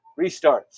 restarts